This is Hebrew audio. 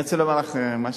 אני רוצה לומר לך משהו,